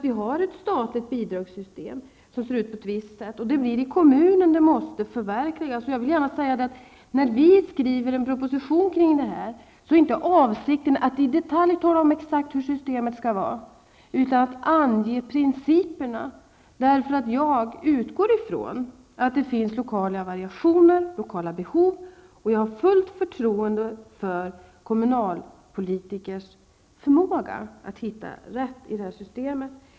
Vi har ett statligt bidragssystem som ser ut på ett visst sätt, och det blir i kommunen det måste förverkligas. Jag vill gärna säga att när vi skriver en proposition kring det här är inte avsikten att i detalj exakt tala om hur systemet skall vara. Vi kommer att ange principerna, för jag utgår ifrån att det finns lokal variationer och lokala behov, och jag har fullt förtroende för kommunalpolitikers förmåga att hitta rätt i systemet.